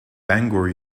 bangor